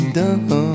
done